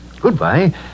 Goodbye